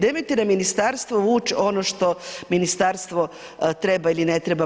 Nemojte na ministarstvo vući ono što ministarstvo treba ili ne treba.